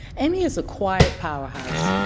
amy is a quiet powerhouse.